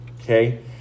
Okay